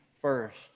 first